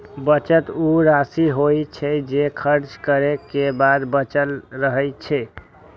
बचत ऊ राशि होइ छै, जे खर्च करै के बाद बचल रहै छै